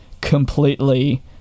completely